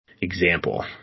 example